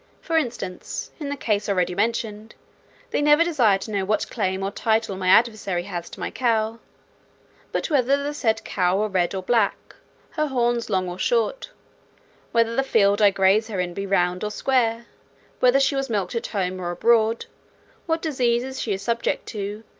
for instance, in the case already mentioned they never desire to know what claim or title my adversary has to my cow but whether the said cow were red or black her horns long or short whether the field i graze her in be round or square whether she was milked at home or abroad what diseases she is subject to,